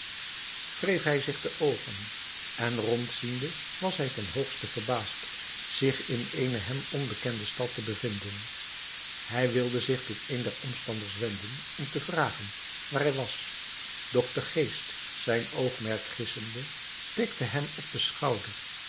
wreef hij zich de oogen en rond ziende was hij ten hoogste verbaasd zich in eene hem onbekende stad te bevinden hij wilde zich tot een der omstanders wenden om te vragen waar hij was doch de geest zijn oogmerk gissende tikte hem op den schouder